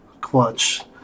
Clutch